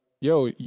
Yo